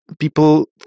people